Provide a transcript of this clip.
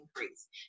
increase